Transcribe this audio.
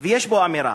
ויש בו אמירה,